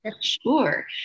Sure